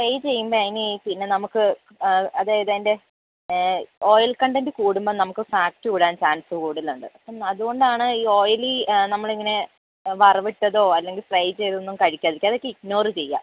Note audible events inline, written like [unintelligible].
fry ചെയ്യുമ്പം [unintelligible] പിന്നെ നമക്ക് അതായത് അതിൻ്റെ ഓയിൽ കണ്ടൻറ്റ് കൂടുമ്പം നമക്ക് ഫാറ്റ് കൂടാൻ ചാൻസ് കൂടുന്നുണ്ട് അപ്പം അതുകൊണ്ട് ആണ് ഈ ഓയിലി നമ്മൾ ഇങ്ങനെ വറവ് ഇട്ടതോ അല്ലെങ്കിൽ ഫ്രൈ ചെയ്ത് ഒന്നും കഴിക്കാതിരിക്കുക അത് ഒക്കെ ഇഗ്നോറ് ചെയ്യുക